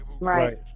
right